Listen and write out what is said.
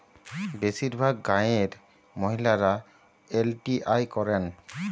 বেশিরভাগ গাঁয়ের মহিলারা এল.টি.আই করেন